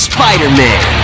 Spider-Man